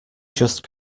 just